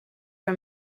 for